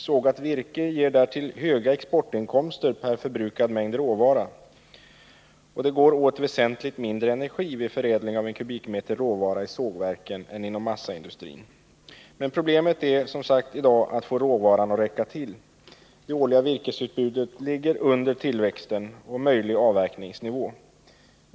Sågat virke ger därtill höga exportinkomster per förbrukad mängd råvara. 4. Det går åt väsentligt mindre energi vid förädling av en kubikmeter råvara i sågverken än inom massaindustrin. Problemet är, som sagt, i dag att få råvaran att räcka till. Det årliga virkesutbudet ligger under tillväxten och möjlig avverkningsnivå.